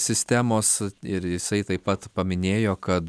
sistemos ir jisai taip pat paminėjo kad